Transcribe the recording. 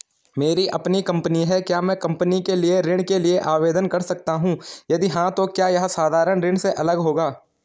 मेरी अपनी कंपनी है क्या मैं कंपनी के लिए ऋण के लिए आवेदन कर सकता हूँ यदि हाँ तो क्या यह साधारण ऋण से अलग होगा?